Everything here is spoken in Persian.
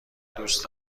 دوست